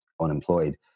unemployed